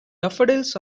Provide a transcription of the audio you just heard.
daffodils